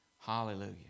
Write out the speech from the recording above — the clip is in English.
Hallelujah